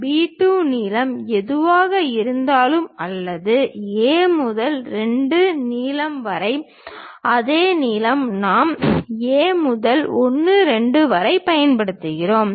B 2 நீளம் எதுவாக இருந்தாலும் அல்லது A முதல் 2 நீளம் வரை அதே நீளத்தை நாம் A முதல் 1 2 வரை பயன்படுத்துகிறோம்